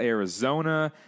Arizona